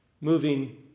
moving